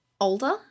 older